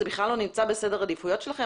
זה בכלל לא נמצא בסדר העדיפויות שלכם.